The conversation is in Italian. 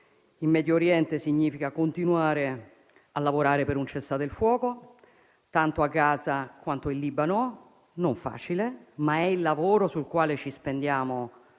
in Medio Oriente significhi continuare a lavorare per un cessate il fuoco, tanto a Gaza, quanto in Libano. Non è facile, ma è il lavoro sul quale ci spendiamo